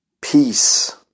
peace